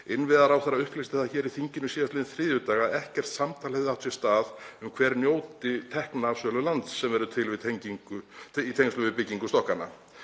Innviðaráðherra upplýsti það hér í þinginu síðastliðinn þriðjudag að ekkert samtal hefði átt sér stað um hver njóti tekna af sölu lands sem verður til í tengslum við byggingu stokkanna.